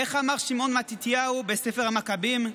איך אמר שמעון מתתיהו בספר מקבים?